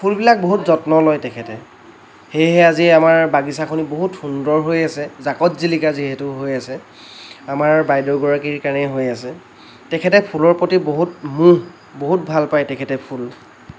ফুলবিলাক বহুত যত্ন লয় তেখেতে সেয়েহে আজি আমাৰ বাগিছাখনি বহুত সুন্দৰ হৈ আছে জাক জিলিকা যিহেতু হৈ আছে আমাৰ বাইদেউগৰাকীৰ কাৰণেই হৈ আছে তেখেতে ফুলৰ প্ৰতি বহুত মোহ বহুত ভাল পায় তেখেতে ফুল